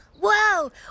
Whoa